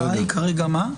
כרגע מה ההצעה?